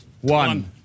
One